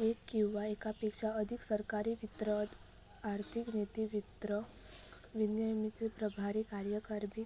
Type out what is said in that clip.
येक किंवा येकापेक्षा अधिक सरकारी वित्त आर्थिक नीती, वित्त विनियमाचे प्रभारी कार्यकारी